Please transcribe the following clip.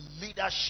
leadership